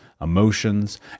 emotions